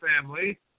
family